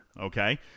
Okay